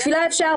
תפילה אפשר,